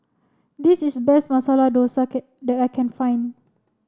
this is best Masala Dosa cat that I can find